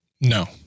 No